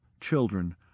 children